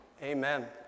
Amen